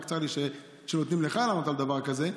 רק צר לי שנותנים לך לענות על דבר כזה,